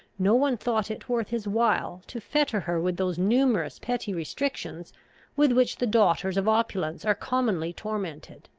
no one thought it worth his while to fetter her with those numerous petty restrictions with which the daughters of opulence are commonly tormented.